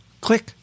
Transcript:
click